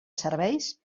serveis